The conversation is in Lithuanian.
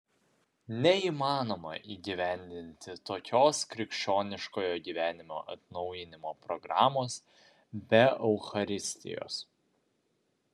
neįmanoma įgyvendinti tokios krikščioniškojo gyvenimo atnaujinimo programos be eucharistijos